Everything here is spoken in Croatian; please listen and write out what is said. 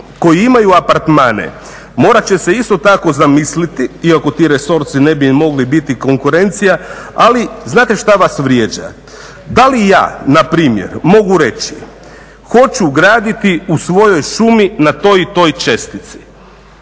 koji imaju apartmane morat će se isto tako zamisliti, iako ti resorci ne bi im mogli biti konkurencija, ali znate što vas vrijeđa? Da li ja npr. mogu reći hoću graditi u svojoj šumi na toj i toj čestici?